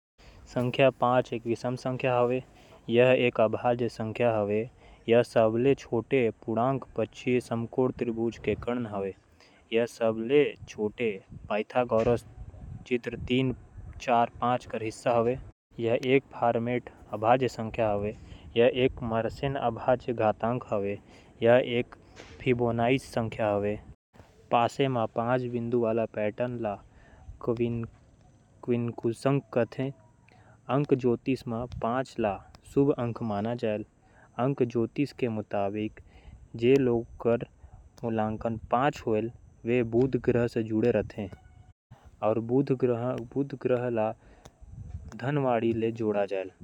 कई धर्म अउ शास्त्र म नंबर तीन के महत्ता हावय। सनातन धर्म म त्रिमूर्ति अउ त्रिदेवी मनके सेती। ए संख्या के बिसेस महत्ता हावय। एखरे संग अंक शास्त्र म घलो तीन नंबर के महत्ता हे। धर्म शास्त्र म तीन के महत्ता एखरे संग तीन देवी यानि माता लक्ष्मी। माता सरस्वती अउ माता पार्वती के सेती सृष्टि म संतुलन स्थापित होवत हे। येकर अलावा परिक्रमा या आरती के बात करे म तीन के आकृति तको। फलदायी माने जाथे काबर के परिक्रमा के मुख्य संख्या तीन हावय अउ। भगवान के आरती तको तीन बार करे जाथे।